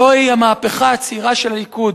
זוהי המהפכה הצעירה של הליכוד".